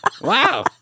Wow